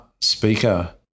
speaker